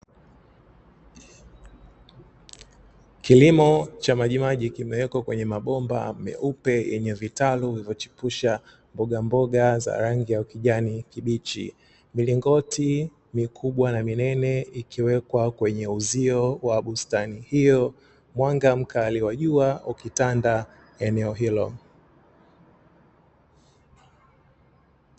Kilimo cha majimaji kimewekwa kwenye mabomba meupe yenye vitalu vilivyochipusha mbogamboga za rangi ya ukijani kibichi; milingoti mikubwa na minene ikiwekwa kwenye uzio wa bustani hiyo, mwanga mkali wa jua ukitanda eneo hilo.